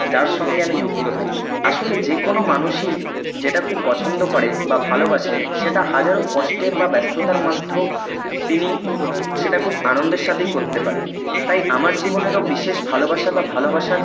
যার সঙ্গে আমি যুক্ত থাকি আসলে যেকোনো মানুষই যেটা খুব পছন্দ করে বা ভালোবাসে সেটা হাজারো কষ্টের বা ব্যস্ততার মধ্যেও তিনি সেটা খুব আনন্দের সাথেই করতে পারে তাই আমার জীবনেরও বিশেষ ভালোবাসা বা ভালোবাসার